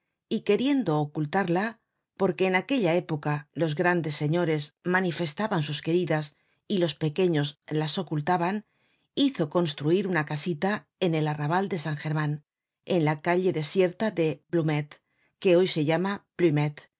y queriendo ocultarla porque en aquella época los grandes señores manifestaban sus queridas y los pequeños las ocultaban hizo construir una casita en el arrabal de san german en la calle desierta de blomet que hoy se llama